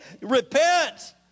repent